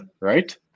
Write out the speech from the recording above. right